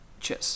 Cheers